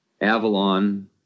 Avalon